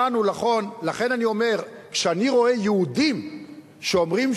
לכן אני אומר: כשאני רואה יהודים שאומרים